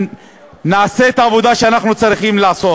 נעשה את העבודה שאנחנו צריכים לעשות.